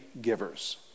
givers